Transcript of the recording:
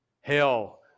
hell